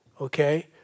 Okay